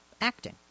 acting